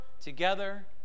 together